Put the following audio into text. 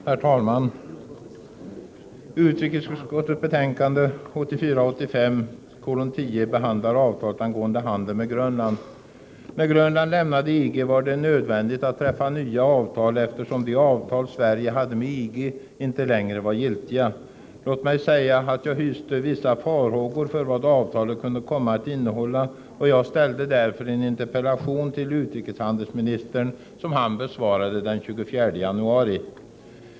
Herr talman! Utrikesutskottets betänkande 1984/85:10 behandlar avtalet angående handel med Grönland. När Grönland lämnade EG var det nödvändigt att träffa nya avtal, eftersom de avtal Sverige hade med EG inte längre var giltiga. Låt mig säga att jag hyste vissa farhågor för vad det avtalet kunde komma att innehålla, och jag ställde därför en interpellation till utrikeshandelsministern, som han besvarade den 24 januari.